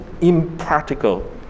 impractical